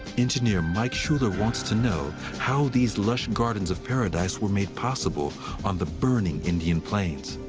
engineer mike schuller wants to know how these lush gardens of paradise were made possible on the burning indian plains.